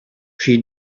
she